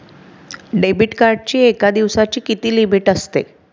Debit कार्डची एका दिवसाची किती लिमिट असते?